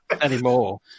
anymore